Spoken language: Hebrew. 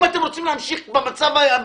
אם אתם רוצים להמשיך במצב הזה,